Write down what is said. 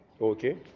Okay